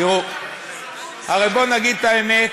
תראו, הרי בואו נגיד את האמת,